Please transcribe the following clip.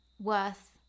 worth